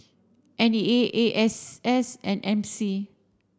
N E A A S S and M C